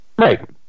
Right